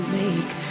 make